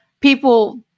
people